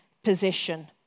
position